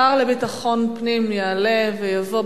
השר לביטחון הפנים יעלה ויבוא,